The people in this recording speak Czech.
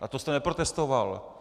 A to jste neprotestoval!